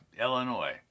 Illinois